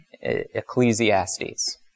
Ecclesiastes